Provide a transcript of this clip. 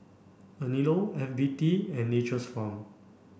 Anello F B T and Nature's Farm